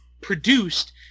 produced